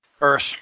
Earth